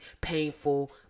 painful